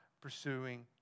pursuing